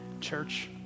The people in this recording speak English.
church